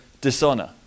dishonor